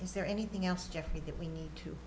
is there anything else jeffery that we need to